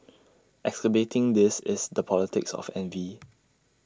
exacerbating this is the politics of envy